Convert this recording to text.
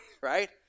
right